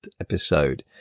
episode